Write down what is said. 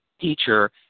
teacher